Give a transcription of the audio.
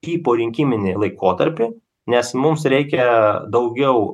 į porinkiminį laikotarpį nes mums reikia daugiau